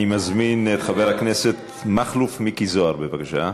אני מזמין את חבר הכנסת מכלוף מיקי זוהר, בבקשה,